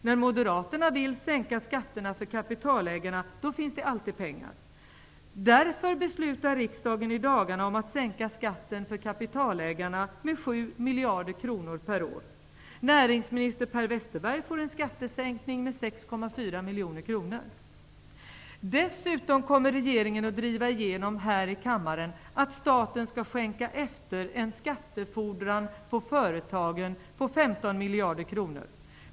När Moderaterna vill sänka skatterna för kapitalägarna finns det alltid pengar. Därför beslutar riksdagen i dagarna att sänka skatten för kapitalägarna med 7 miljarder kronor per år. Dessutom kommer regeringen att här i kammaren driva igenom att staten skall skänka efter en skattefordran på företagen på 15 miljarder kronor.